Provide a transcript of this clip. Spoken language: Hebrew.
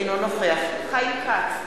אינו נוכח חיים כץ,